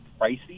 pricey